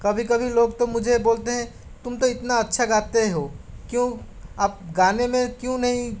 कभी कभी लोग तो मुझे बोलते हैं तुम तो इतना अच्छा गाते हो क्यों आप गाने मे क्यों नहीं